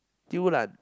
Thew lah